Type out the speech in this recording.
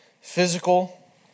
physical